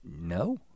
no